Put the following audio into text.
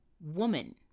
woman